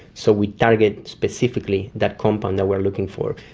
so we target specifically that compound that we are looking for.